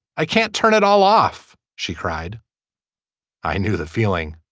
i can't turn it all off she cried i knew the feeling